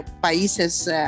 países